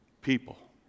people